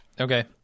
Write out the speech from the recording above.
okay